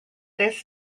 this